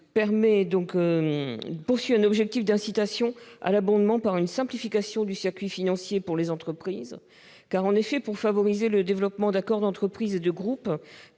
amendement, nous poursuivons un objectif d'incitation à l'abondement par une simplification du circuit financier pour les entreprises. En effet, pour favoriser le développement d'accords d'entreprise et de groupe